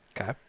Okay